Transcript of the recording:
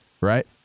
Right